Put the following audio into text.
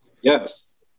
Yes